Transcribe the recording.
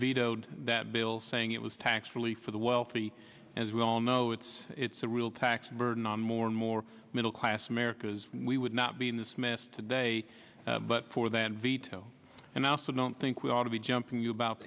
vetoed that bill saying it was tax relief for the wealthy as we all know it's it's a real tax burden on more and more middle class america's we would not be in this mess today but for that veto and i also don't think we ought to be jumping about